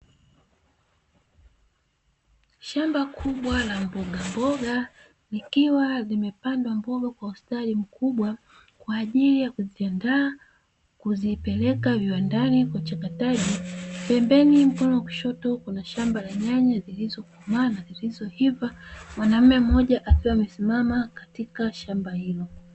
Shamba kubwa la mboga mboga zikiwa zimepandwa mboga kwa ustadi mkubwa kwa ajili ya kuziandaa kuzipeleka viwandani kwa uchakataji pembeni mkono wa kushoto kuna shamba la nyanya zilizokomaa na zilizoiva, mwanamume mmoja akiwa amesimama katika shamba hilo.